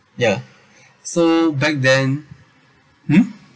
ya so back then mm